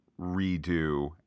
redo